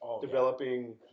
developing